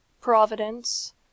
Providence